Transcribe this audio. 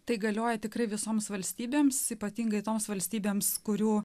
tai galioja tikrai visoms valstybėms ypatingai toms valstybėms kurių